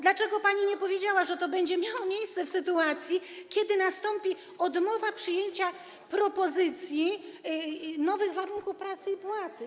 Dlaczego pani nie powiedziała, że to będzie miało miejsce w sytuacji, kiedy nastąpi odmowa przyjęcia propozycji nowych warunków pracy i płacy?